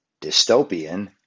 dystopian